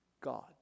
God